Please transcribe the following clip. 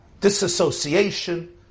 disassociation